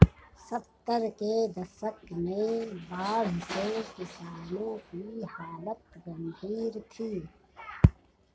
सत्तर के दशक में बाढ़ से किसानों की हालत गंभीर थी